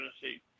see